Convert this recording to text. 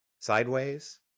Sideways